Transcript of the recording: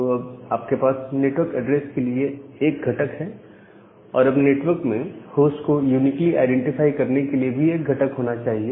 तो अब आपके पास नेटवर्क ऐड्रेस के लिए एक घटक है और अब नेटवर्क में होस्ट को यूनिकली आईडेंटिफाई करने के लिए भी एक घटक होना चाहिए